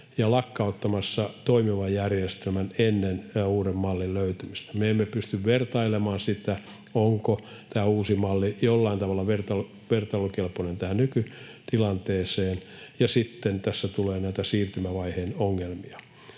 ja lakkauttamassa toimivan järjestelmän ennen uuden mallin löytymistä. Me emme pysty vertailemaan sitä, onko tämä uusi malli jollain tavalla vertailukelpoinen tähän nykytilanteeseen, ja sitten tässä tulee näitä siirtymävaiheen ongelmia.